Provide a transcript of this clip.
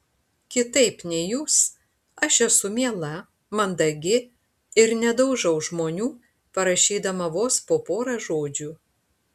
kitaip nei jūs aš esu miela mandagi ir nedaužau žmonių parašydama vos po porą žodžių